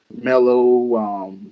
mellow